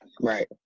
right